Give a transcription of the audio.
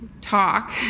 talk